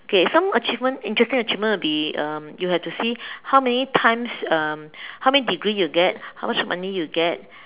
okay some achievement interesting achievements would be um you have to see how many times um how many degree you get how much money you get